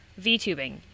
VTubing